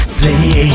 play